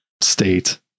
state